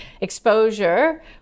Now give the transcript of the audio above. exposure